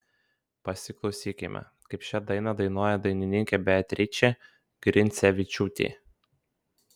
pasiklausykime kaip šią dainą dainuoja dainininkė beatričė grincevičiūtė